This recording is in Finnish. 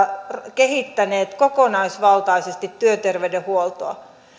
kehittäneet kokonaisvaltaisesti työterveydenhuoltoa